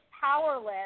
powerless